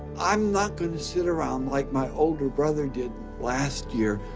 i'm not going to sit around like my older brother did last year.